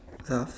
rough